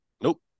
Nope